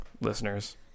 listeners